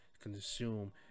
consume